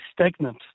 stagnant